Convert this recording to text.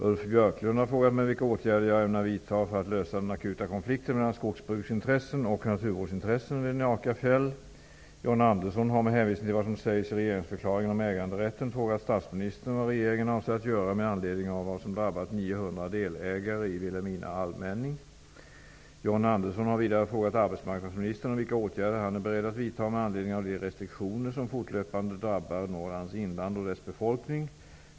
Ulf Björklund har frågat mig vilka åtgärder jag ämnar vidta för att lösa den akuta konflikten mellan skogsbruksintressen och naturvårdsintressen vid John Andersson har med hänvisning till vad som sägs i regeringsförklaringen om äganderätten frågat statsministern vad regeringen avser att göra med anledning av vad som drabbat 900 delägare i Vilhelmina allmänning. John Andersson har vidare frågat arbetsmarknadsministern om vilka åtgärder han är beredd att vidta med anledning av de restriktioner som fortlöpande drabbar Norrlands inland och dess befolkning.